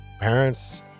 parents